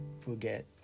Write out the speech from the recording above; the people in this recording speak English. forget